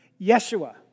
Yeshua